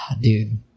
Dude